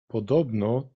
podobno